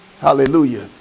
Hallelujah